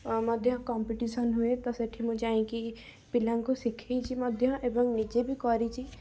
ମଧ୍ୟ କମପିଟିସନ ହୁଏ ତ ସେଇଠି ମୁଁ ଯାଇକି ପିଲାଙ୍କୁ ଶିଖାଇଛି ମଧ୍ୟ ଏବଂ ନିଜେ ବି କରିଛି